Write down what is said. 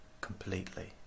completely